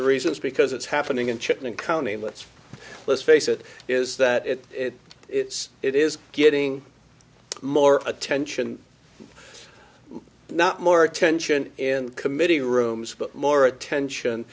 the reason is because it's happening in chicken and county let's let's face it is that it it's it is getting more attention not more attention and committee rooms but more attention